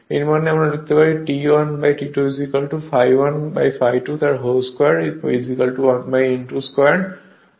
এর মানে আমরা লিখতে পারি T1 T2 ∅1 ∅2² 1 n2³